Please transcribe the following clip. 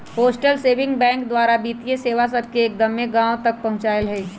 postal saving bank द्वारा वित्तीय सेवा सभके एक्दम्मे गाँव तक पहुंचायल हइ